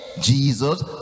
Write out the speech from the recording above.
Jesus